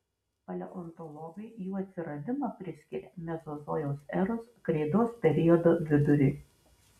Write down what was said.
paleontologai jų atsiradimą priskiria mezozojaus eros kreidos periodo viduriui